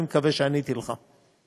אני מקווה שעניתי לך.